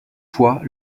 fois